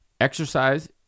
exercise